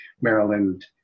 Maryland